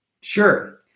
Sure